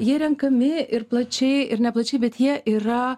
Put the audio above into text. jie renkami ir plačiai ir neplačiai bet jie yra